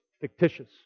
fictitious